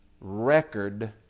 record